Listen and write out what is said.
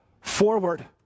forward